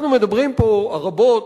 אנחנו מדברים פה רבות,